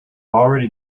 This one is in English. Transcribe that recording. already